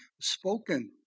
spoken